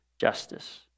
justice